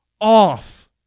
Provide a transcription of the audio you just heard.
off